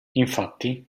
infatti